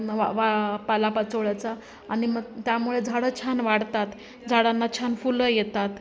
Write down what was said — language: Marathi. वा वा पालापाचोळ्याचा आणि मग त्यामुळे झाडं छान वाढतात झाडांना छान फुलं येतात